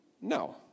No